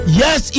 yes